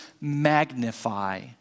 magnify